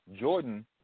Jordan